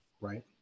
Right